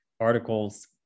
articles